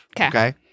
Okay